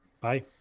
Bye